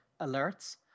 Alerts